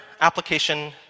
Application